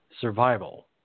survival